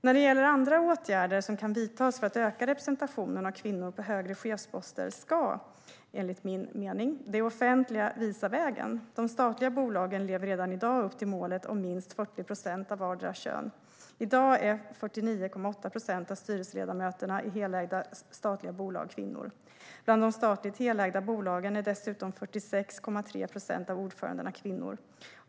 När det gäller andra åtgärder som kan vidtas för att öka representationen av kvinnor på högre chefsposter ska, enligt min mening, det offentliga visa vägen. De statliga bolagen lever redan i dag upp till målet om minst 40 procent av vardera kön. I dag är 49,8 procent av styrelseledamöterna i helägda statliga bolag kvinnor. Bland de statligt helägda bolagen är dessutom 46,3 procent av ordförandena kvinnor.